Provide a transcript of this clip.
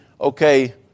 okay